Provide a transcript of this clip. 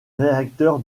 réacteur